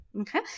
Okay